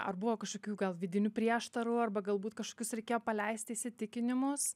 ar buvo kažkokių gal vidinių prieštarų arba galbūt kažkokius reikėjo paleisti įsitikinimus